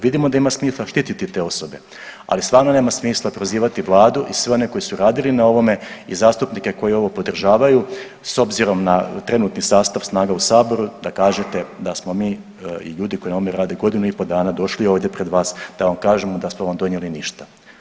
Vidimo da ima smisla štititi te osobe, ali stvarno nema smisla prozivati vladu i sve one koji su radili na ovome i zastupnike koji ovo podržavaju s obzirom na trenutni sastav snaga u saboru da kažete da smo mi i ljudi koji na ovome rade godinu i pol dana došli ovdje pred vas da vam kažemo da smo vam donijeli ništa.